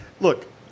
look